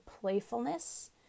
playfulness